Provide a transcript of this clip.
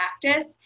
practice